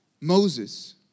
Moses